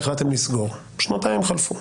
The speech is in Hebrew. והחלטתם לסגור את התיק.